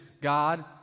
God